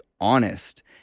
honest